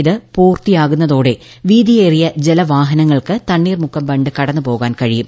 ഇത് പൂർത്തിയാകുന്നതോടെ വീതിയേറിയ ജല വാഹനങ്ങൾക്ക് തണ്ണീർമുക്കം ബണ്ട് കടന്നുപോകാൻ കഴിയും